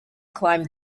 climbed